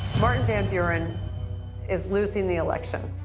martin van buren is losing the election,